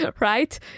right